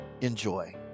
Enjoy